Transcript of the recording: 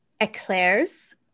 Eclairs